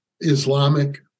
Islamic